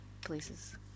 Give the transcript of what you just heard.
places